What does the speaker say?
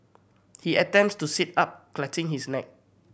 he attempts to sit up clutching his neck